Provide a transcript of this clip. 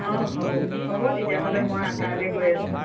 অঁ হ'ব হ'ব তেতিয়াহ'লে মই কাইলৈ গৈ আছোঁ